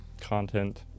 content